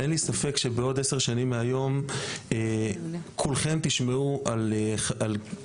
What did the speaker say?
אין לי ספק שבעוד כ-10 שנים מהיום כולכם תשמעו על החוקרים